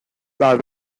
las